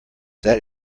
that